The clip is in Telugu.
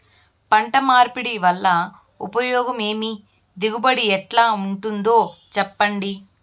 పంట మార్పిడి వల్ల ఉపయోగం ఏమి దిగుబడి ఎట్లా ఉంటుందో చెప్పండి?